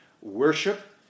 worship